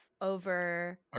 over